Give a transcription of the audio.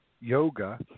yoga